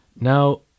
Now